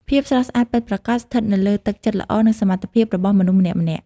ភាពស្រស់ស្អាតពិតប្រាកដស្ថិតនៅលើទឹកចិត្តល្អនិងសមត្ថភាពរបស់មនុស្សម្នាក់ៗ។